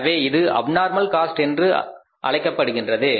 எனவே இது abnormal cost என்று ஆகின்றது